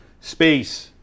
space